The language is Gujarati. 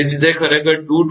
તેથી તે ખરેખર 223